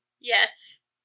Yes